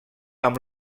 amb